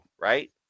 Right